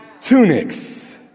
tunics